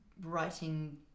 writing